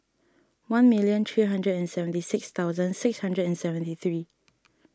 one million three hundred and seventy six thousand six hundred and seventy three